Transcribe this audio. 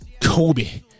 Kobe